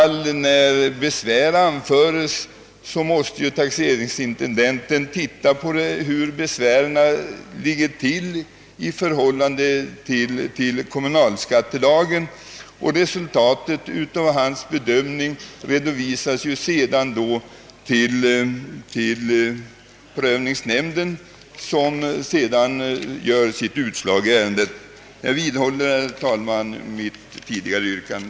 När besvär anföres måste taxeringsintendenten undersöka hur dessa besvär ligger till i förhållande till kommunalskattelagen, och hans bedömning härav redovisas sedan till prövningsnämnden, som därefter meddelar sitt utslag i ärendet. Herr talman! Jag vidhåller mitt tidigare yrkande.